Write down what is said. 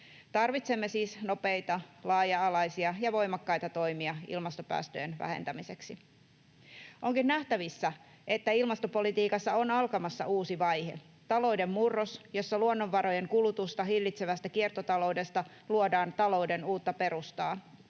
Tarvitsemme siis nopeita, laaja-alaisia ja voimakkaita toimia ilmastopäästöjen vähentämiseksi. Onkin nähtävissä, että ilmastopolitiikassa on alkamassa uusi vaihe, talouden murros, jossa luonnonvarojen kulutusta hillitsevästä kiertotaloudesta luodaan talouden uutta perustaa.